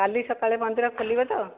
କାଲି ସକାଳେ ମନ୍ଦିର ଖୋଲିବ ତ